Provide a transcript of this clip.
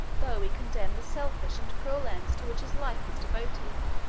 though we condemn the selfish and cruel ends to which his life was devoted.